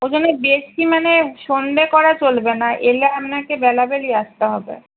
ও জন্য বেশি মানে সন্ধে করা চলবে না এলে আপনাকে বেলাবেলি আসতে হবে